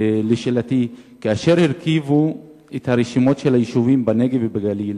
ולשאלתי: כאשר הרכיבו את הרשימות של היישובים בנגב ובגליל,